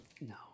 No